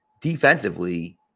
defensively